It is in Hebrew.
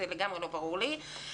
זה לגמרי לא ברור לי.